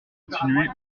reculer